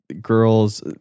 girls